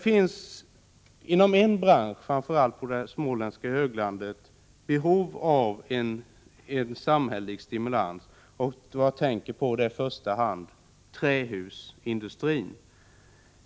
Inom en bransch på det småländska höglandet finns det särskilt behov av samhällelig stimulans — jag tänker på trähusindustrin.